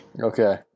Okay